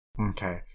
Okay